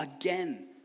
again